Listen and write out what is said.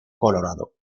colorado